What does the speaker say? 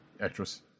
Actress